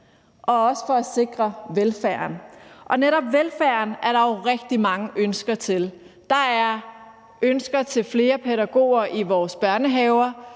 og også sikre velfærden. Netop velfærden er der jo rigtig mange ønsker til. Der er ønsker om flere pædagoger i vores børnehaver,